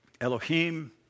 Elohim